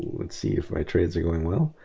let's see if my trades are going well.